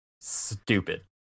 stupid